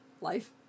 Life